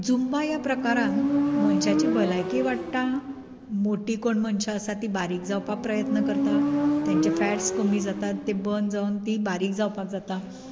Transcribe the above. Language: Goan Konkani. झुम्बा ह्या प्रकारान मनशाची भलायकी वाडटा मोठी कोण मनशां आसा तीं बारीक जावपाक प्रयत्न करता तेंचे फॅट्स कमी जाता ते बर्न जावन तीं बारीक जावपाक जाता